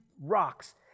rocks